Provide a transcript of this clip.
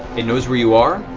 it knows where you are.